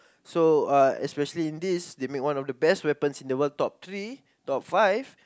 so uh especially in this they make one of the best weapons in the word top three top five